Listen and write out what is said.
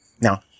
Now